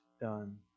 done